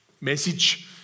message